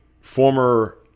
Former